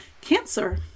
Cancer